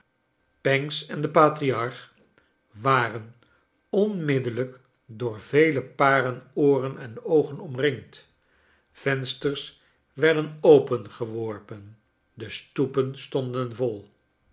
pancks en de patriarch waren onmiddellijk door vele paren ooren en oogen omringd vensters werden opengeworpen de stoepen stonden vol